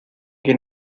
que